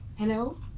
Hello